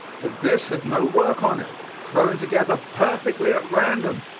but this had no work on it thrown together perfectly at random,